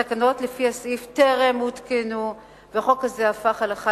התקנות לפי הסעיף טרם הותקנו והחוק הזה הפך הלכה